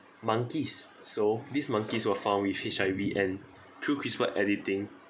monkeys so this monkey was found with H_I_V and through CRISPR editing